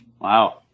Wow